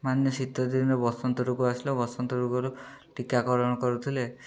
ମାନେ ଶୀତଦିନରେ ବସନ୍ତ ରୋଗ ଆସିଲେ ବସନ୍ତ ରୋଗରୁ ଟୀକାକରଣ କରୁଥିଲେ